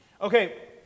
Okay